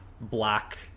black